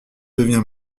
devient